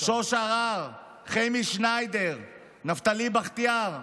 שוש ערער, חמי שניידר, נפתלי בחטיאר,